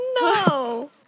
No